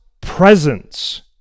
presence